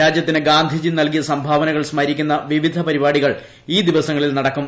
രാജ്യത്തിന് ഗാന്ധിജി നല്കിയ സംഭാവനകൾ സ്മരിക്കുന്ന വിവിധ പരിപാടികൾ ഈ ദിവസങ്ങളിൽ നടക്കും